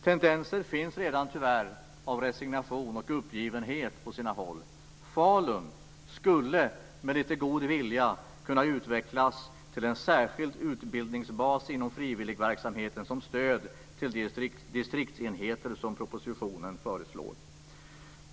Tendenser till resignation och uppgivenhet finns tyvärr redan på sina håll. Falun skulle med lite god vilja kunna utvecklas till en särskild utbildningsbas inom frivilligverksamheten som stöd till de distriktsenheter som propositionen föreslår.